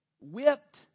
whipped